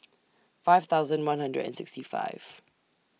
five thousand one hundred and sixty five